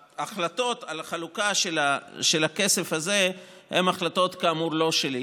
ההחלטות על החלוקה של הכסף הזה הן כאמור לא החלטות שלי,